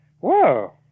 whoa